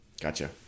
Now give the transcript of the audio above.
Gotcha